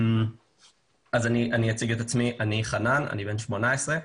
אני בן 18,